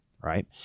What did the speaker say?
right